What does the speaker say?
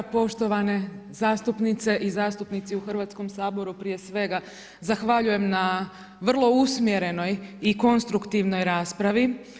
Poštovane zastupnice i zastupnici u Hrvatskom saboru, prije svega, zahvaljujem na vrlo usmjerenoj i konstruktivnoj raspravi.